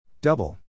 Double